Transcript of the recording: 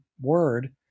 word